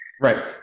Right